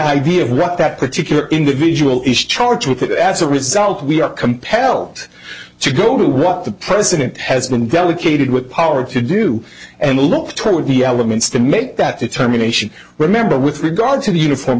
idea what that particular individual is charged with that as a result we are compelled to go to what the president has been delegated with power to do and look toward the elements to make that determination remember with regard to the uniform